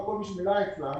חלק ממי שמילאו פרטים